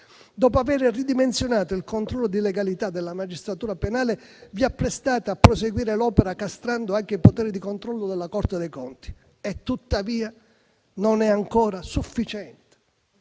Dopo aver ridimensionato il controllo di legalità della magistratura penale, vi apprestate a proseguire l'opera castrando anche il potere di controllo della Corte dei conti. E tuttavia, non è ancora sufficiente